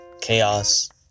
chaos